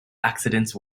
accidents